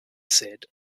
said